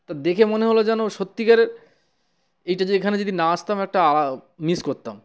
তা দেখে মনে হলো যেন সত্যিকারের এইটা যে এখানে যদি না আসতাম একটা মিস করতাম